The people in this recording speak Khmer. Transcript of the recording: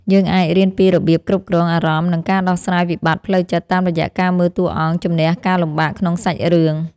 យើងអាចរៀនពីរបៀបគ្រប់គ្រងអារម្មណ៍និងការដោះស្រាយវិបត្តិផ្លូវចិត្តតាមរយៈការមើលតួអង្គជម្នះការលំបាកក្នុងសាច់រឿង។